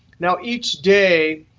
now each day,